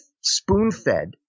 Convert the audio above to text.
spoon-fed